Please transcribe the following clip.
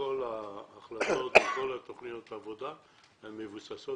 וכל ההחלטות וכל התוכניות העבודה מבוססות